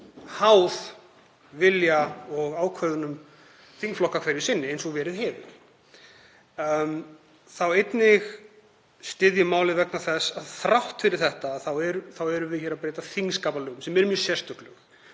háð vilja og ákvörðunum þingflokka hverju sinni, eins og verið hefur. Ég styð málið einnig vegna þess að þrátt fyrir þetta erum við að breyta þingskapalögum sem eru mjög sérstök